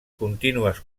contínues